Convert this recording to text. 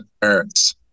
parents